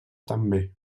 també